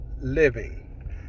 Living